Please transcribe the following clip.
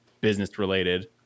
business-related